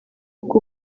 kuko